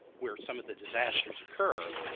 where some of the disasters occur,